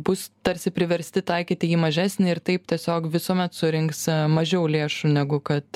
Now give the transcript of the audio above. bus tarsi priversti taikyti jį mažesnį ir taip tiesiog visuomet surinks mažiau lėšų negu kad